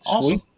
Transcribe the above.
Sweet